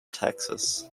texas